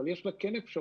אבל יש לה כן אפשרות,